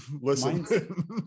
listen